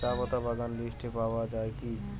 চাপাতা বাগান লিস্টে পাওয়া যায় কি?